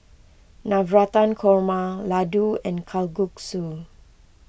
Navratan Korma Ladoo and Kalguksu